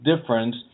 difference